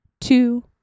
two